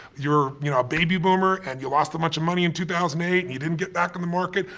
you're, you know, a baby boomer and you lost a bunch of money in two thousand and eight and you didn't get back in the market,